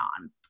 on